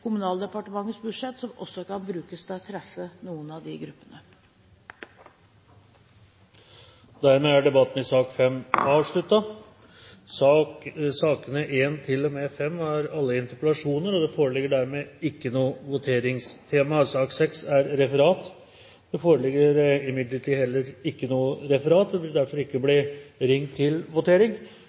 Kommunaldepartementets budsjett som også kan brukes til å treffe noen av de gruppene. Debatten i sak nr. 5 er avsluttet. Sakene nr. 1–5 er alle interpellasjoner, og det foreligger dermed ikke noe voteringstema. Det vil derfor ikke bli ringt til votering. Det foreligger ikke noe referat.